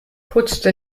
putzte